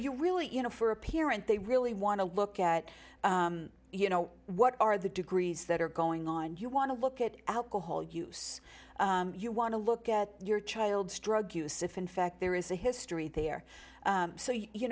you really you know for a parent they really want to look at you know what are the degrees that are going on and you want to look at alcohol use you want to look at your child's drug use if in fact there is a history there so you